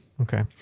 Okay